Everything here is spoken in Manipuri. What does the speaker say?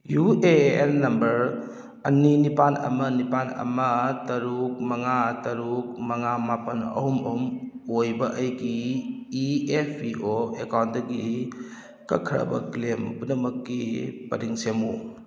ꯌꯨ ꯑꯦ ꯑꯦꯟ ꯅꯝꯕꯔ ꯑꯅꯤ ꯅꯤꯄꯥꯜ ꯑꯃ ꯅꯤꯄꯥꯜ ꯑꯃ ꯇꯔꯨꯛ ꯃꯉꯥ ꯇꯔꯨꯛ ꯃꯉꯥ ꯃꯥꯄꯜ ꯑꯍꯨꯝ ꯑꯍꯨꯝ ꯑꯣꯏꯕ ꯑꯩꯒꯤ ꯏ ꯑꯦꯐ ꯄꯤ ꯑꯣ ꯑꯦꯀꯥꯎꯟꯗꯒꯤ ꯀꯛꯈ꯭ꯔꯕ ꯀ꯭ꯂꯦꯝ ꯄꯨꯝꯅꯃꯛꯀꯤ ꯄꯔꯤꯡ ꯁꯦꯝꯃꯨ